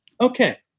Okay